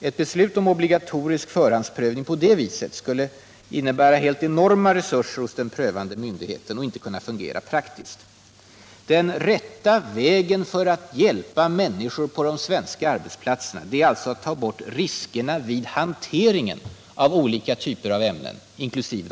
Ett beslut om obligatorisk förhandsprövning på det viset skulle innebära helt enorma resurser hos den prövande myndigheten, och en sådan prövning skulle inte kunna fungera praktiskt. Den rätta vägen för att hjälpa människor på de svenska arbetsplatserna är alltså att ta bort riskerna vid hanteringen av olika typer av ämnen — inkl.